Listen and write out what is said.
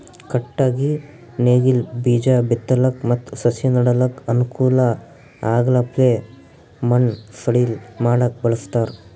ಕಟ್ಟಗಿ ನೇಗಿಲ್ ಬೀಜಾ ಬಿತ್ತಲಕ್ ಮತ್ತ್ ಸಸಿ ನೆಡಲಕ್ಕ್ ಅನುಕೂಲ್ ಆಗಪ್ಲೆ ಮಣ್ಣ್ ಸಡಿಲ್ ಮಾಡಕ್ಕ್ ಬಳಸ್ತಾರ್